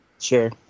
Sure